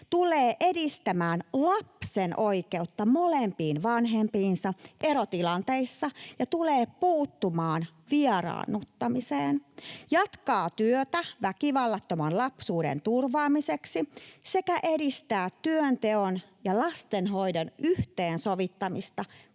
tulee edistämään lapsen oikeutta molempiin vanhempiinsa erotilanteissa ja tulee puuttumaan vieraannuttamiseen, jatkaa työtä väkivallattoman lapsuuden turvaamiseksi sekä edistää työnteon ja lastenhoidon yhteensovittamista